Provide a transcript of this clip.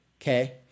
Okay